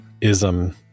ism